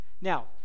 Now